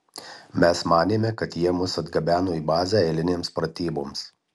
mes manėme kad jie mus atgabeno į bazę eilinėms pratyboms